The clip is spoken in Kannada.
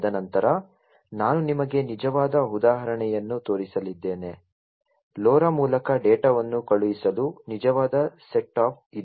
ತದನಂತರ ನಾನು ನಿಮಗೆ ನಿಜವಾದ ಉದಾಹರಣೆಯನ್ನು ತೋರಿಸಲಿದ್ದೇನೆ LoRa ಮೂಲಕ ಡೇಟಾವನ್ನು ಕಳುಹಿಸಲು ನಿಜವಾದ ಸೆಟ್ ಅಪ್ ಇದು